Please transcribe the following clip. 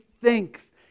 thinks